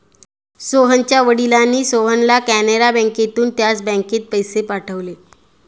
सोहनच्या वडिलांनी सोहनला कॅनरा बँकेतून त्याच बँकेत पैसे पाठवले